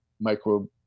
micro